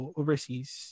overseas